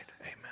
Amen